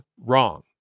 wrong